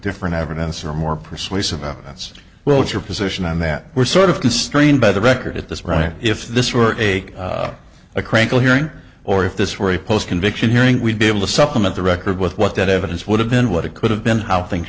different evidence or more persuasive evidence well what's your position on that we're sort of constrained by the record at this right if this were a a critical hearing or if this were a post conviction hearing we'd be able to supplement the record with what that evidence would have been what it could have been how things